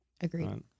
Agreed